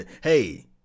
hey